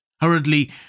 Hurriedly